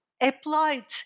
applied